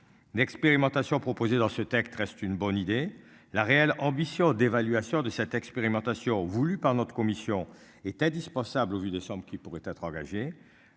L'expérimentation proposées dans ce texte reste une bonne idée la réelle ambition d'évaluation de cette expérimentation voulue par notre commission est indispensable au vu des sommes qui pourraient être engagées.